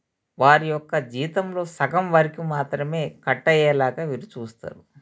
వారి యొక్క జీతంలో సగం వరకు మాత్రమే కట్టయ్యేలాగా వీరు చూస్తారు